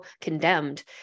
condemned